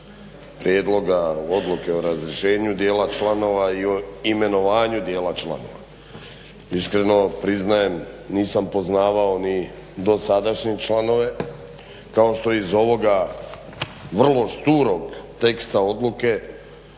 prijedloga Odluke o razrješenju dijela članova i o imenovanju dijela članova. Iskreno, priznajem nisam poznavao ni dosadašnje članove kao što iz ovoga vrlo šturog teksta odluke